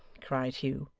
cried hugh.